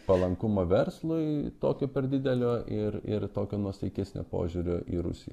palankumą verslui tokio per didelio ir ir tokio nuosaikesnio požiūrio į rusiją